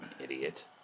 idiot